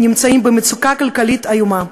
נמצאים במצוקה כלכלית איומה,